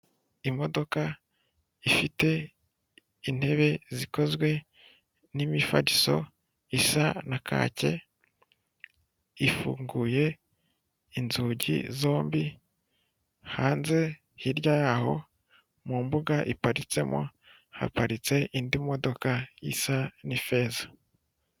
Imodoka ifite intebe zikozwe n'imifariso isa na kake, ifunguye inzugi zombi, hanze hirya yaho mu mbuga iparitsemo haparitse indi modoka isa n'ifeza.